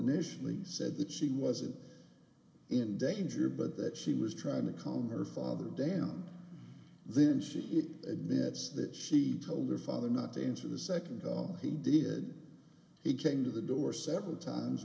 nation least said that she wasn't in danger but that she was trying to calm her father down then she admits that she told her father not danger the second guy he did he came to the door several times